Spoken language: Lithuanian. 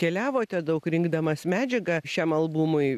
keliavote daug rinkdamas medžiagą šiam albumui